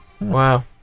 wow